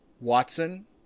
Watson